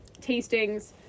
tastings